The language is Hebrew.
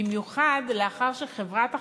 במיוחד לאחר שחברת החשמל,